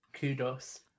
kudos